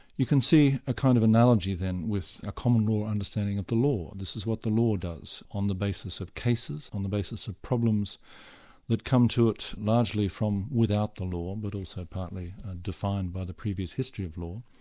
you can see a kind of analogy then with a common law understanding of the law. this is what the law does, on the basis of cases, on the basis of problems that come to it largely from without the law but also partly defined by the previous history of law,